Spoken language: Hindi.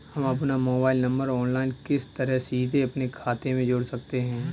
हम अपना मोबाइल नंबर ऑनलाइन किस तरह सीधे अपने खाते में जोड़ सकते हैं?